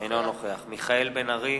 אינו נוכח מיכאל בן-ארי,